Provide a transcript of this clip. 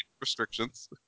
restrictions